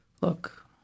look